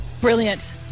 Brilliant